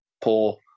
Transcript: Poor